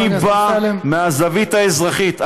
אני בא מהזווית האזרחית.